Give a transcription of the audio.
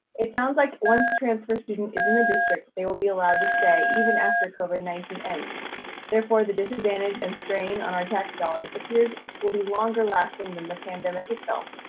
it sounds like once a transfer student is in the district, they will be allowed to stay even after covid nineteen therefore, the disadvantage and strain on our tax dollars appears will be longer lasting than the pandemic itself,